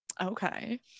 Okay